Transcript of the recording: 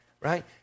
Right